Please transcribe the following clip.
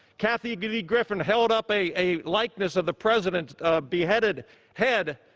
kathy kathy griffin held up a a likeness of the president's beheaded head.